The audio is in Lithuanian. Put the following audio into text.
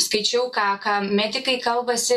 skaičiau ką ką medikai kalbasi